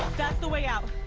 that's the way out.